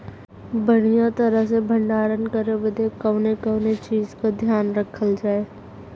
बढ़ियां तरह से भण्डारण करे बदे कवने कवने चीज़ को ध्यान रखल जा?